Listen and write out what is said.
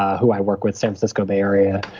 who i work with, san francisco bay area,